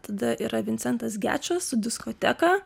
tada yra vincentas gečas su diskoteka